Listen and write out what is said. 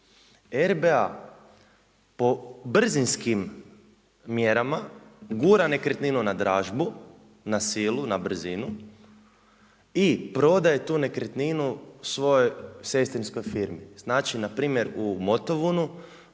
RBA po brzinskim mjerama gura nekretninu na dražbu, na silu, na brzinu i prodaje tu nekretninu svojoj sestrinskoj firmi. Znači npr. u Motovunu